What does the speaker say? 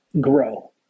grow